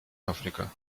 африка